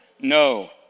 No